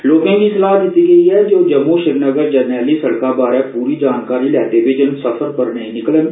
लोकें गी सलाह् दित्ती गेई ऐ जे ओ जम्मू श्रीनगर जरनैली सड़का बारे पूरी जानकारी लैते बिजन सफर पर नेईं निकलन